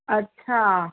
अच्छा